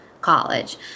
college